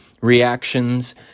reactions